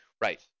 Right